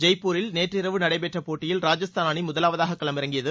ஜெய்ப்பூரில் நேற்று இரவு நடைபெற்ற போட்டியில் ராஜஸ்தான் அணி முதலாவது களமிறங்கியது